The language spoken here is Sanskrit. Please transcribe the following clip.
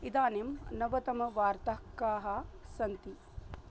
इदानीं नवतमवार्ताः काः सन्ति